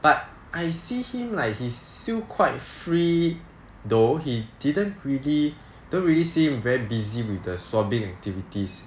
but I see him like he is still quite free though he didn't really don't really seem very busy with the swabbing activities